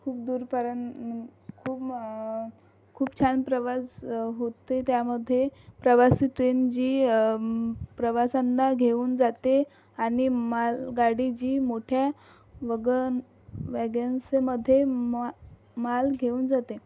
खूप दूरपर्यंत खूप खूप छान प्रवास होते त्यामध्ये प्रवासी ट्रेन जी प्रवाशांना घेऊन जाते आणि मालगाडी जी मोठ्या वगन वॅगेन्सीमध्ये मा माल घेऊन जाते